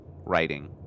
writing